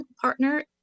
partner